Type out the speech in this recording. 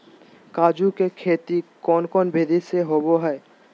काजू के खेती कौन कौन विधि से होबो हय?